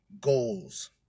goals